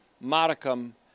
modicum